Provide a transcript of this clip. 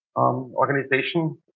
organization